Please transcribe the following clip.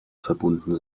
verbunden